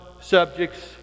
subjects